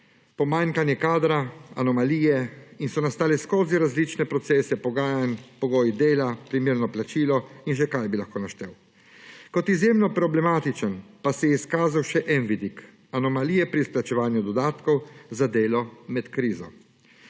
pomanjkanje kadra, anomalije in so nastale skozi različne procese pogajanj, pogoji dela, primerno plačilo in še kaj bi lahko naštel. Kot izjemno problematičen pa se je izkazal še en vidik, anomalije pri izplačevanju dodatkov za delo med krizo.